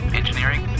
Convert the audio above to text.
engineering